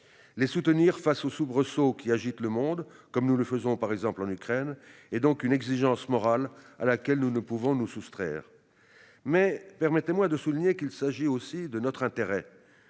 Les soutenir face aux soubresauts qui agitent le monde, comme nous le faisons par exemple en Ukraine, est donc une exigence morale à laquelle nous ne pouvons nous soustraire. Mais permettez-moi, mes chers collègues, de souligner qu'il s'agit aussi de notre intérêt.